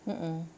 mm mm